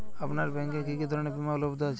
আপনার ব্যাঙ্ক এ কি কি ধরনের বিমা উপলব্ধ আছে?